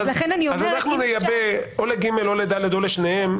אנחנו נייבא או ל-(ג) או ל-(ד) או לשניהם.